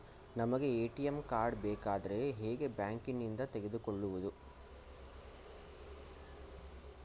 ನಮಗೆ ATM card ಬೇಕಾದ್ರೆ ಹೇಗೆ ಬ್ಯಾಂಕ್ ನಿಂದ ತೆಗೆದುಕೊಳ್ಳುವುದು?